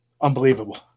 Unbelievable